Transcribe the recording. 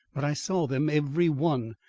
but i saw them every one.